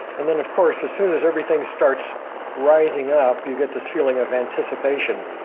and then of course as soon as everything starts rising up, you get this feeling of anticipation.